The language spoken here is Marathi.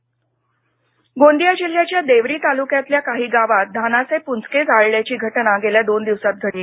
धान गोंदिया जिल्ह्याच्या देवरी तालुक्यातल्या काही गावात धानाचे पुंजके जाळल्याची घटना गेल्या दोन दिवसांत घडली